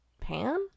pan